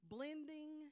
Blending